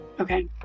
okay